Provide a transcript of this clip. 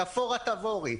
יפאורה תבורי,